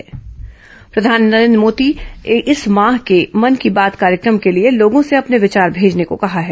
मन की बात प्रधानमंत्री नरेन्द्र मोदी ने इस माह के मन की बात कार्यक्रम के लिए लोगों से अपने विचार भेजने को कहा है